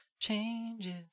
Changes